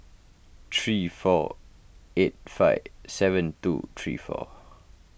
three four eight five seven two three four